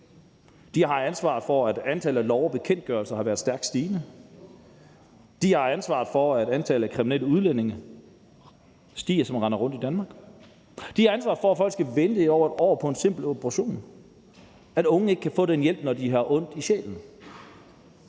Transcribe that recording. de har ansvaret for, at antallet af love og bekendtgørelser har været stærkt stigende; de har ansvaret for, at antallet af kriminelle udlændinge, som render rundt i Danmark, stiger; de har ansvaret for, at folk skal vente i over et år på en simpel operation, og at unge ikke kan få hjælp, når de har ondt i sjælen;